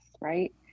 Right